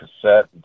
Cassette